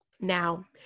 Now